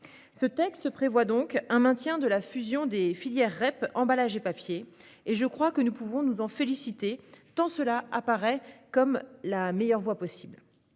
Ce texte prévoit donc un maintien de la fusion des filières REP emballages et papier. Je crois que nous pouvons nous en féliciter tant cela apparaît comme la meilleure voie possible.